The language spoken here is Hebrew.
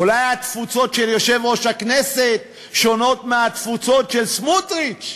אולי התפוצות של יושב-ראש הכנסת שונות מהתפוצות של סמוטריץ?